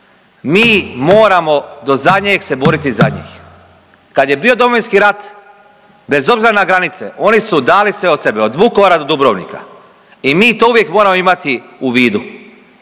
mi moramo do zadnjeg se boriti za njih. Kad je bio Domovinski rat bez obzira na granice oni su dali sve od sebe od Vukovara do Dubrovnika i mi to uvijek moramo imati u vidu